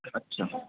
अच्छा